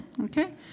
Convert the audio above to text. Okay